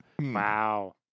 Wow